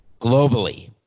globally